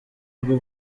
bwo